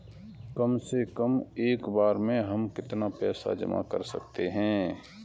कम से कम एक बार में हम कितना पैसा जमा कर सकते हैं?